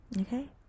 Okay